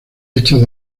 hechas